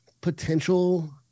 potential